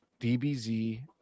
DBZ